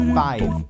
five